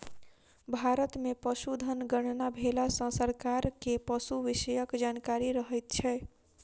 भारत मे पशुधन गणना भेला सॅ सरकार के पशु विषयक जानकारी रहैत छै